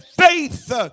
faith